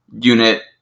unit